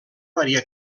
maria